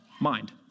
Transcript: mind